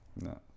No